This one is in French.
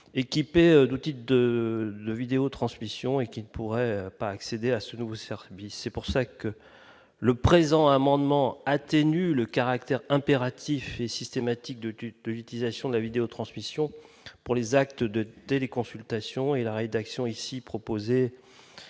équipés de type de le vidéo-transmission et qui ne pourraient pas accéder à ce nouveau bien, c'est pour ça que le présent amendement atténue le caractère impératif et systématique de tu politisation de la vidéo transmission pour les actes de téléconsultation et la rédaction ici proposé